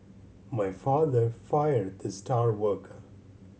my father fired the star worker